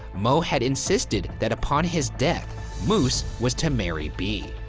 moe had insisted that upon his death, moose was to marry bee.